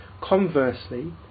Conversely